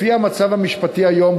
לפי המצב המשפטי היום,